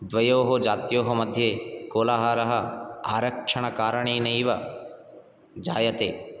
द्वयोः जात्योः मध्ये कोलाहलः आरक्षणकारणेनैव जायते